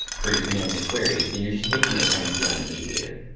for your commands and queries, then you're just taking a dependency on the mediator.